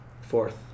fourth